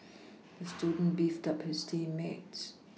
the student beefed his team mates